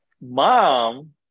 Mom